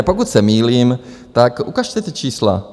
Pokud se mýlím, tak ukažte ta čísla.